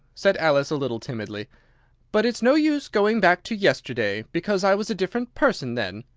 said alice a little timidly but it's no use going back to yesterday, because i was a different person then.